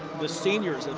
the seniors.